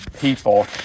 people